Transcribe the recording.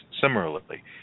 similarly